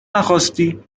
نخواستی